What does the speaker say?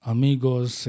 Amigos